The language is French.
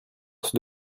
force